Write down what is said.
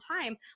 time